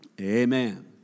Amen